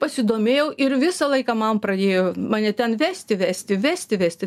pasidomėjau ir visą laiką man pradėjo mane ten vesti vesti vesti vesti